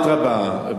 אדרבה,